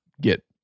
get